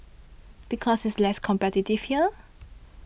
because it's less competitive here